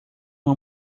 uma